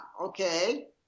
Okay